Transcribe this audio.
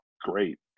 great